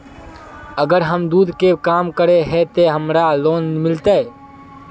अगर हम दूध के काम करे है ते हमरा लोन मिलते?